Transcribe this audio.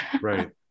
Right